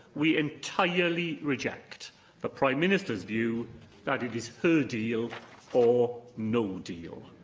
we entirely reject the prime minister's view that it is her deal or no deal.